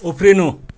उफ्रिनु